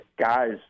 guys